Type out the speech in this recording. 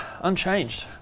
unchanged